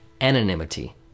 anonymity